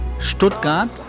Stuttgart